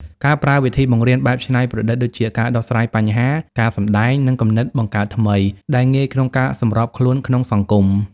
ការប្រើវិធីបង្រៀនបែបច្នៃប្រឌិតដូចជា ការដោះស្រាយបញ្ហា ការសម្តែង និងគំនិតបង្កើតថ្មី ដែលងាយក្នុងការសម្របខ្លួនក្នុងសង្គម។